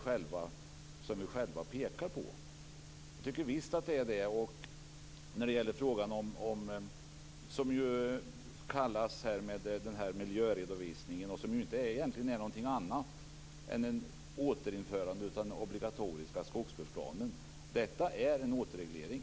Denna miljöredovisning är ju egentligen inte någonting annat än ett återinförande av den obligatoriska skogsvårdsplanen. Detta är en återreglering.